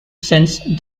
since